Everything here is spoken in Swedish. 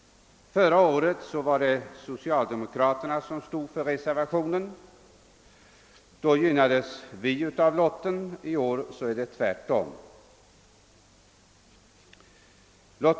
Förra året var det socialdemokraterna som stod för reservationen och då gynnades vi av lotten; i år är det tvärtom.